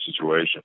situation